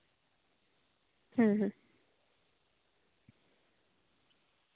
ᱦᱩᱸ ᱦᱩᱸ